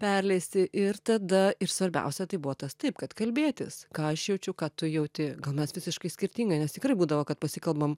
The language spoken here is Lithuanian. perleisti ir tada ir svarbiausia tai buvo tas taip kad kalbėtis ką aš jaučiu ką tu jauti gal mes visiškai skirtingai nes tikrai būdavo kad pasikalbam